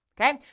Okay